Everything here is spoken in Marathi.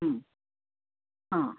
हां